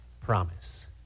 promise